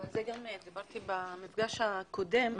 זה גם דיברתי במפגש הקודם,